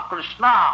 Krishna